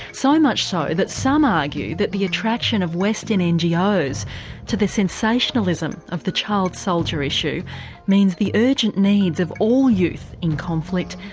so and much so that some argue that the attraction of western and ah ngos to the sensationalism of the child soldier issue means the urgent needs of all youth in conflict,